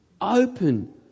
open